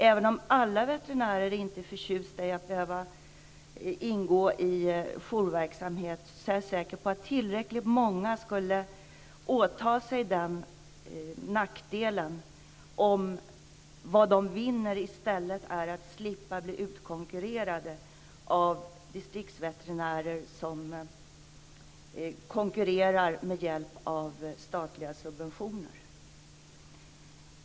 Även om inte alla veterinärer är förtjusta över att behöva ingå i jourverksamhet skulle, är jag säker på, tillräckligt många ta den nackdelen om de i stället vinner att slippa bli utkonkurrerade av distriktsveterinärer som konkurrerar med hjälp av statliga subventioner.